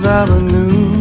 avenue